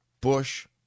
Bush